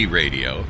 radio